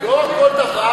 לא אמרתי פאשיסטית,